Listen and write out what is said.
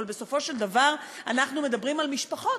אבל בסופו של דבר אנחנו מדברים על משפחות,